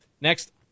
Next